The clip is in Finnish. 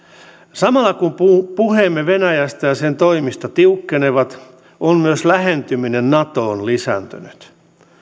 samalla kun puheemme venäjästä ja sen toimista tiukkenevat on myös lähentyminen natoon lisääntynyt